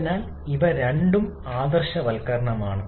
അതിനാൽ ഇവ രണ്ടും ആദർശവൽക്കരണങ്ങളാണ്